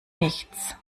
nichts